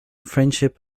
friendship